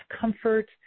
comfort